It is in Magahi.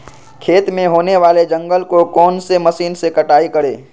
खेत में होने वाले जंगल को कौन से मशीन से कटाई करें?